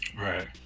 Right